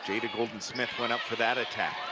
gogoldggolden-smith went up for that attack